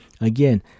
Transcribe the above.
Again